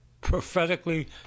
prophetically